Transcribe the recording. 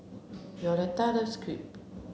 Violetta loves Crepe